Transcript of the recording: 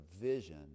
vision